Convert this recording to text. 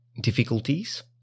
difficulties